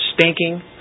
stinking